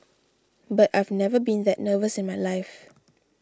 but I've never been that nervous in my life